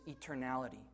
eternality